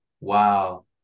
wow